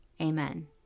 Amen